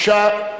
בבקשה.